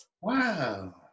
Wow